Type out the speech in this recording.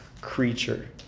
creature